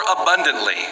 abundantly